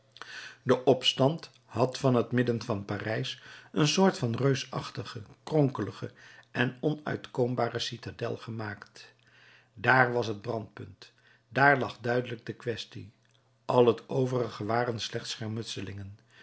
de opstand had van het midden van parijs een soort van reusachtige kronkelige en onuitkoombare citadel gemaakt dààr was het brandpunt dààr lag duidelijk de quaestie al het overige waren slechts schermutselingen